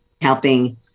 helping